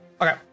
Okay